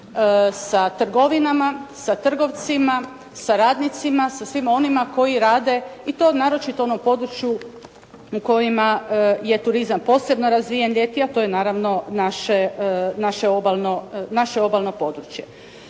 sa trgovinama sa trgovcima sa radnicima, sa svima onima koji rade i to naročito u onom području kojima je turizam posebno razvijen ljeti, a to je naravno naše obalno područje.